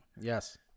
Yes